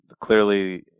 clearly